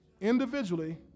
Individually